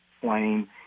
plane